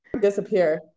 Disappear